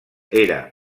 era